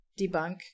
debunk